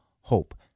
hope